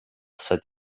said